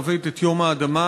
לפני עשרה ימים,